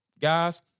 guys